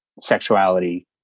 sexuality